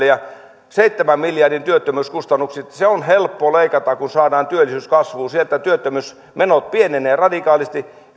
ja seitsemän miljardin työttömyyskustannuksista on helppo leikata kun saadaan työllisyys kasvuun kun työttömyysmenot pienenevät radikaalisti